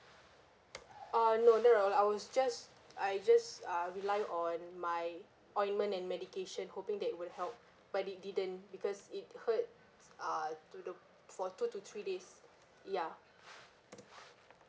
ah no no lah I was just I just ah rely on my ointment and medication hoping that would help but it didn't because it hurt ah to the for two to three days ya